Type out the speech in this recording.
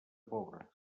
pobres